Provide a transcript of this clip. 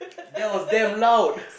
that's was damn loud